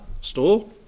store